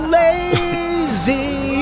lazy